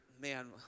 man